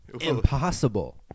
impossible